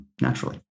naturally